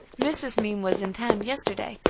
mrs. meem was in town yesterday,